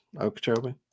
Okeechobee